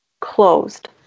closed